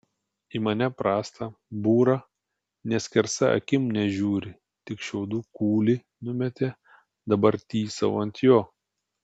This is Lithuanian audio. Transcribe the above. į mane prastą būrą nė skersa akim nežiūri tik šiaudų kūlį numetė dabar tysau ant jo